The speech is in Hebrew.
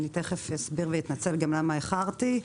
תכף אסביר ואתנצל גם למה איחרתי.